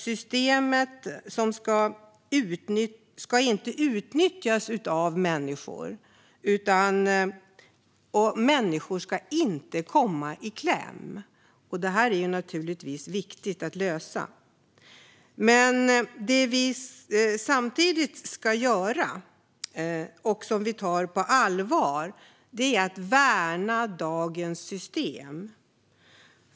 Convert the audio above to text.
Systemet ska nämligen inte utnyttjas av människor, och människor ska inte komma i kläm. Detta är naturligtvis viktigt att lösa. Det som vi samtidigt ska göra, och som vi tar på allvar, är att värna dagens system.